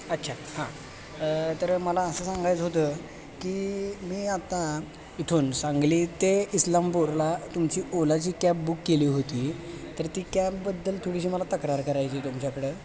अच्छा हां तर मला असं सांगायचं होतं की मी आता इथून सांगली ते इस्लामपूरला तुमची ओलाची कॅब बुक केली होती तर ती कॅबबद्दल थोडीशी मला तक्रार करायची तुमच्याकडं